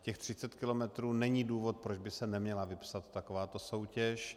Těch 30 km není důvod, proč by se neměla vypsat takováto soutěž.